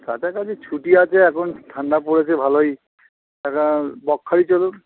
কাছাকাছি ছুটি আছে এখন ঠাণ্ডা পড়েছে ভালোই আপনারা বকখালি চলুন